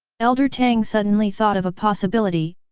elder tang suddenly thought of a possibility,